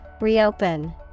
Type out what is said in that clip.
Reopen